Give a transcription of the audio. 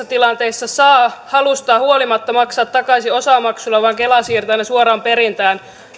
tilanteissa saa halustaan huolimatta maksaa takaisin osamaksulla vaan kela siirtää ne suoraan perintään